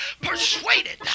persuaded